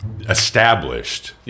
established